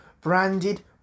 branded